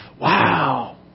Wow